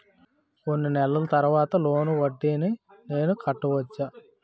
కొన్ని నెలల తర్వాత లోన్ వడ్డీని నేను కట్టవచ్చా?